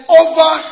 over